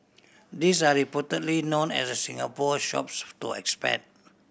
these are reportedly known as the Singapore Shops to expat